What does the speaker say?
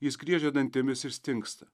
jis griežė dantimis ir stingsta